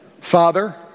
Father